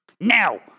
Now